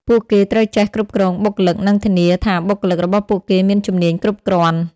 ពួកគេត្រូវចេះគ្រប់គ្រងបុគ្គលិកនិងធានាថាបុគ្គលិករបស់ពួកគេមានជំនាញគ្រប់គ្រាន់។